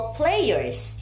players